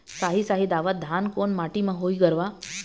साही शाही दावत धान कोन माटी म होही गरवा?